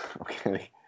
Okay